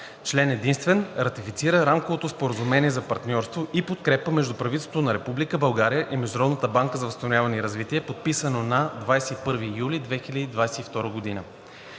Член единствен. Ратифицира Рамковото споразумение за партньорство и подкрепа между правителството на Република България и Международната банка за възстановяване и развитие, подписано на 21 юли 2022 г.